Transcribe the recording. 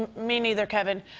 um me neither, kevin.